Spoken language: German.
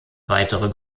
weitere